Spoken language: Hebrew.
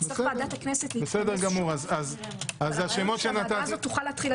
תצטרך ועדת הכנסת להתכנס שוב ואז תוכל לדון.